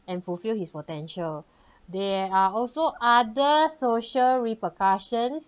and fulfil his potential there are also other social repercussions